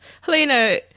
Helena